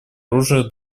оружию